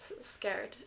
scared